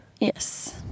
Yes